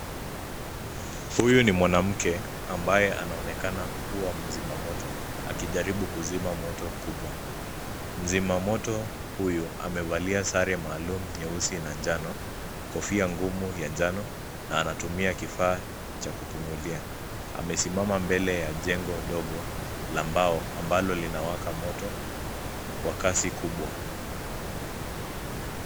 Huyu ni mwanamke ambaye anaonekana kuwa mzima moto, akijaribu kuzima moto mkubwa. Mzima moto huyo amevalia sare maalum nyeusi na njano, kofia ngumu ya njano na anatumia kifaa cha kupumulia. Amesimama mbele ya jengo ndogo la mbao ambalo linawaka moto kwa kasi kubwa.